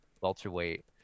Welterweight